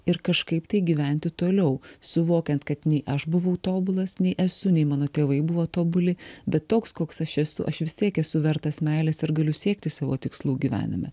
ir kažkaip tai gyventi toliau suvokiant kad nei aš buvau tobulas nei esu nei mano tėvai buvo tobuli bet toks koks aš esu aš vis tiek esu vertas meilės ir galiu siekti savo tikslų gyvenime